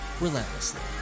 relentlessly